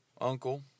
uncle